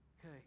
Okay